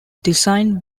designed